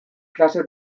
klase